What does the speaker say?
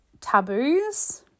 taboos